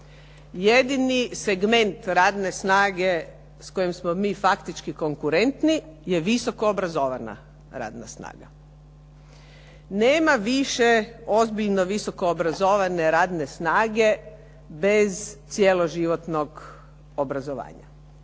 jedini segment radne snage s kojom smo mi faktički konkurentni je visoko obrazovana radna snaga. Nema više ozbiljno visoko obrazovane radne snage bez cjeloživotnog obrazovanja.